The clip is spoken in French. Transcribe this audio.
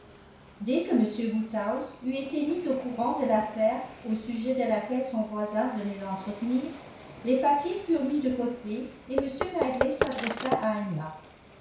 dès que m woodhouse eût été mis au courant de l'affaire au sujet de laquelle son voisin venait l'entretenir les papiers furent mis de côté et m knightley s'adressa à emma